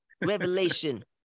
Revelation